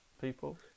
people